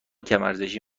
کمارزشی